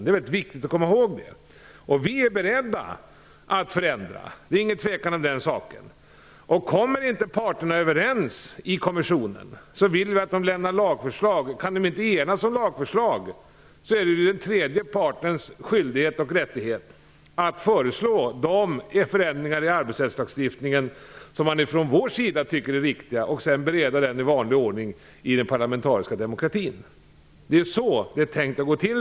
Det är mycket viktigt att komma ihåg det. Vi är beredda att förändra. Det är ingen tvekan om den saken. Om parterna inte kommer överens i kommissionen vill vi att man lämnar lagförslag. Om de inte kan enas om lagförslag är det den tredje partens skyldighet och rättighet att föreslå de förändringar i arbetsrättslagstiftningen som man ifrån vår sida tycker är viktiga. De skall sedan i vanlig ordning beredas i den parlamentariska demokratin. Det är så det är tänkt att gå till.